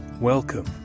Welcome